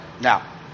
now